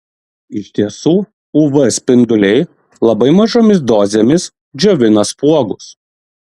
iš tiesų uv spinduliai labai mažomis dozėmis džiovina spuogus